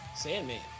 Sandman